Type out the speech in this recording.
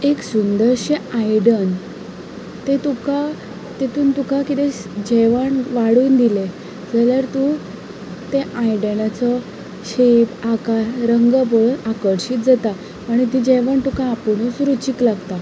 एक सुंदरशें आयदन तें तुका तितूंत तुका कितें जेवण वाडून दिलें जाल्यार तूं ते आयदनाचो शेप आकार रंग पळोवन आकर्शीत जाता आनी तें जेवण तुका आपुणूच रुचीक लागता